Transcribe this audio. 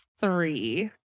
three